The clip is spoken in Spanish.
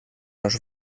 los